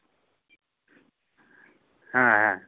ᱦᱮᱸ ᱦᱮᱸ